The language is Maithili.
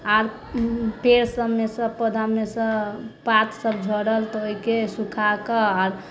आर पेड़ सभमेसँ पौधामेसँ पात सभ झड़ल तऽ ओहिके सुखाकऽ आ